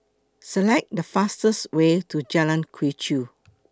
Select The fastest Way to Jalan Quee Chew